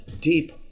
deep